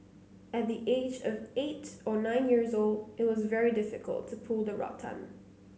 at the age of eight or nine years old it was very difficult to pull the rattan